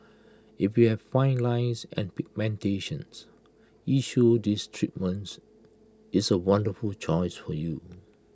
if you have fine lines or pigmentation issues this treatment is A wonderful choice for you